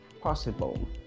possible